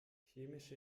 chemische